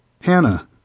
Hannah